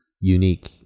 unique